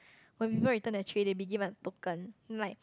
when people return their tray they'll be given a token like